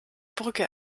brücke